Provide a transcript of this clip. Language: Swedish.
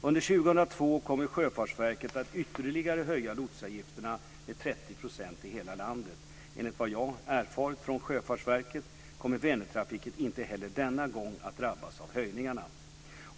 Under 2002 kommer Sjöfartsverket att ytterligare höja lotsavgifterna med 30 % i hela landet. Enligt vad jag erfarit från Sjöfartsverket kommer Vänertrafiken inte heller denna gång att drabbas av höjningen.